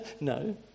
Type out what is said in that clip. No